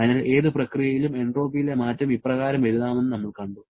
അതിനാൽ ഏത് പ്രക്രിയയിലും എൻട്രോപ്പിയിലെ മാറ്റം ഇപ്രകാരം എഴുതാമെന്ന് നമ്മൾ കണ്ടു